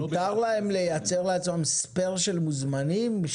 מותר להם לייצר לעצמם ספייר של מוזמנים,